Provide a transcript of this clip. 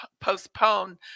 postpone